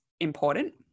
important